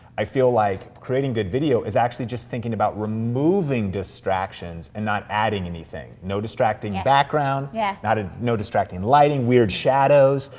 i feel like creating good video is actually just thinking about removing distractions and not adding anything. no distracting background, yeah ah no distracting lighting, weird shadows,